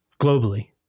globally